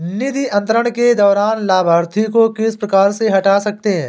निधि अंतरण के दौरान लाभार्थी को किस प्रकार से हटा सकते हैं?